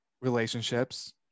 relationships